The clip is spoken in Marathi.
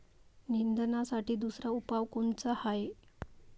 निंदनासाठी दुसरा उपाव कोनचा हाये?